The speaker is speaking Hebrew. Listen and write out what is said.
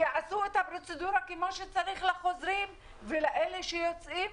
שיעשו את הפרוצדורה כמו שצריך לחוזרים ולאלה שיוצאים.